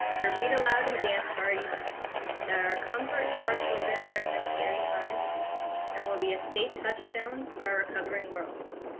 your read aloud and dance parties that are comfort to our children during this scary time and will be a safe touchstone for a recovering world.